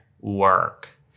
work